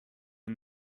and